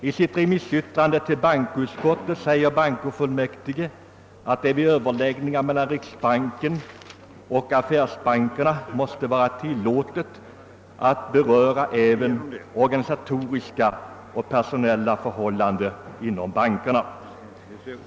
I sitt remissyttrande till bankoutskottet uttalar bankofullmäktige, att det vid överläggningar mellan riksbanken och affärsbankerna måste vara tillåtet att beröra även organisatoriska och personella förhållanden inom bankerna.